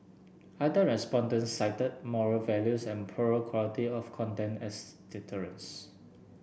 other respondents cited moral values and poorer quality of content as deterrents